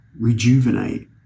rejuvenate